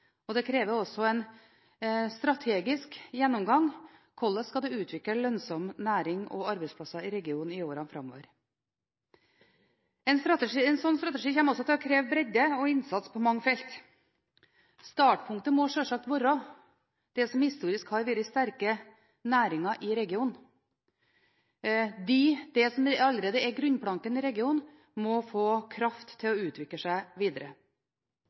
Det krever også en strategisk gjennomgang. Hvordan skal en utvikle lønnsom næring og arbeidsplasser i regionen i årene framover? En slik strategi kommer også til å kreve bredde og innsats på mange felter. Startpunktet må sjølsagt være det som historisk har vært sterke næringer i regionen. Det som allerede er grunnplanken i regionen, må få kraft til å utvikle seg videre.